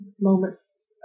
moments